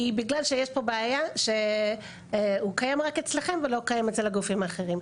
בגלל שיש פה בעיה שקיימת פה ולא קיימת אצל הגופים האחרים.